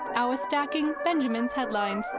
our stacking benjamins headlines.